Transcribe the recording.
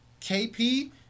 KP